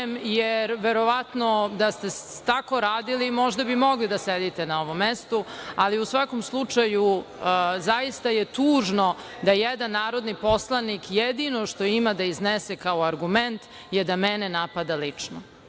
jer verovatno da ste tako radili možda bi mogli da sedite na ovom mestu, ali u svakom slučaju zaista je tužno da jedan narodni poslanik jedino što ima da iznese kao argument je da mene napada lično. Pa,